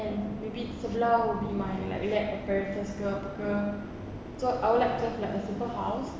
and maybe sebelah would be my like lab apparatus ke apa ke